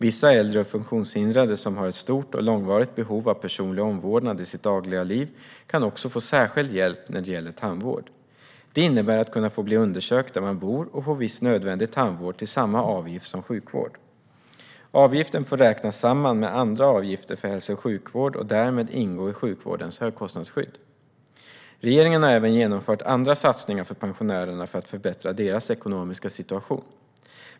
Vissa äldre och funktionshindrade som har ett stort och långvarigt behov av personlig omvårdnad i sitt dagliga liv kan också få särskild hjälp när det gäller tandvård. Det innebär att kunna få bli undersökt där man bor och få viss nödvändig tandvård till samma avgift som sjukvård. Avgiften får räknas samman med andra avgifter för hälso och sjukvård och ingår därmed i sjukvårdens högkostnadsskydd. Regeringen har även genomfört andra satsningar för pensionärerna för att förbättra deras ekonomiska situation.